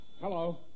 Hello